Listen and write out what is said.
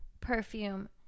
perfume